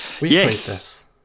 Yes